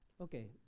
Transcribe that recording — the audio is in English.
Okay